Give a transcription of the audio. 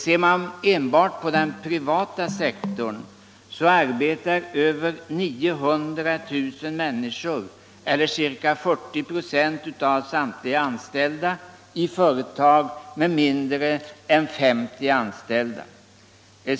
Ser man enbart på den privata sektorn, finner man att över 900 000 människor, eller ca 40 96 av samtliga anställda, arbetar i företag med mindre än 50 anställda.